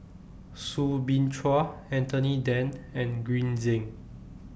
Soo Bin Chua Anthony Then and Green Zeng